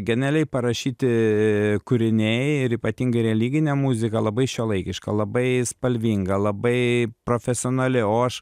genialiai parašyti kūriniai ir ypatingai religinė muzika labai šiuolaikiška labai spalvinga labai profesionali o aš